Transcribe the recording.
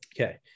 Okay